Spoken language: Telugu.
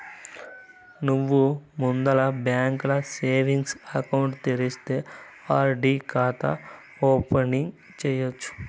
నువ్వు ముందల బాంకీల సేవింగ్స్ ఎకౌంటు తెరిస్తే ఆర్.డి కాతా ఓపెనింగ్ సేయచ్చు